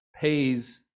pays